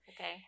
Okay